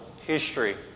history